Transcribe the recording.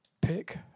pick